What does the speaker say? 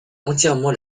entièrement